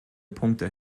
punkte